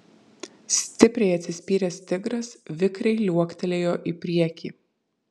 stipriai atsispyręs tigras vikriai liuoktelėjo į priekį